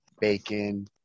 bacon